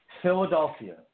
Philadelphia